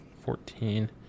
Fourteen